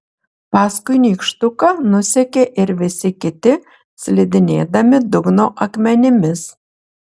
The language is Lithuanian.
paskui nykštuką nusekė ir visi kiti slidinėdami dugno akmenimis